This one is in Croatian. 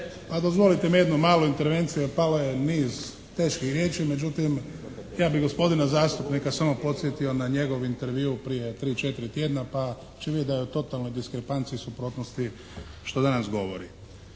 Dozvolite mi evo malu intervenciju, jer palo je niz teških riječi, međutim ja bih gospodina zastupnika samo podsjetio na njegov intervju prije tri-četiri tjedna pa će vidjeti da je u totalnoj diskrepanciji i suprotnosti što danas govori.